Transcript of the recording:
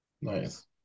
Nice